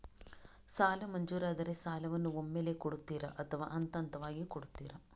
ಸಾಲ ಮಂಜೂರಾದರೆ ಸಾಲವನ್ನು ಒಮ್ಮೆಲೇ ಕೊಡುತ್ತೀರಾ ಅಥವಾ ಹಂತಹಂತವಾಗಿ ಕೊಡುತ್ತೀರಾ?